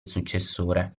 successore